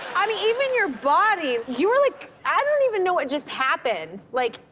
um even your body, you are like i don't even know what just happened. like,